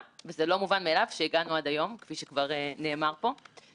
שקלים ולעולם לא ישמטו לוֹ ולוּ שקל ואילו קומץ אחרים